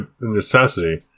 necessity